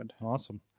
Awesome